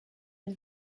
une